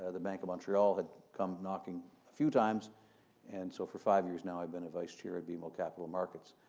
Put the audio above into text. ah the bank of montreal had come knocking a few times and so, for five years now, i've been a vice chair at bmo capital markets.